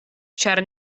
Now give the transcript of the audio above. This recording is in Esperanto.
ĉar